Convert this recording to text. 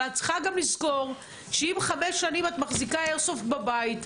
אבל צריכה גם לזכור שאם במשך חמש שנים את מחזיקה איירסופט בבית,